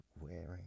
wearing